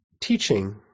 teaching